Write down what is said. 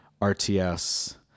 RTS